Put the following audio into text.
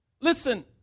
listen